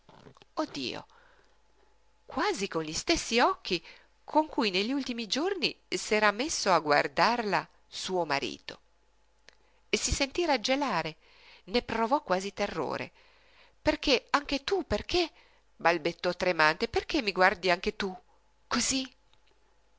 dio quasi con gli stessi occhi con cui negli ultimi giorni s'era messo a guardarla suo marito si sentí raggelare ne provò quasi terrore perché anche tu perché balbettò tremante perché mi guardi anche tu cosí